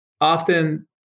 often